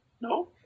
No